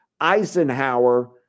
eisenhower